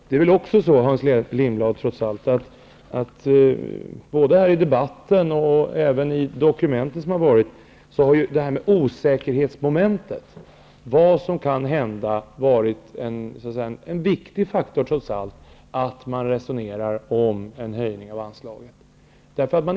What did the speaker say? Det är väl också så, Hans Lindblad, att både i debatten, och även i de dokument som har funnits, har osäkerhetsmomentet, dvs. vad som kan hända, varit en viktig faktor i resonemangen om en höjning av anslaget.